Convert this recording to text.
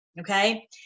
Okay